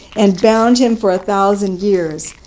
and bound him for a thousand years,